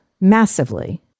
massively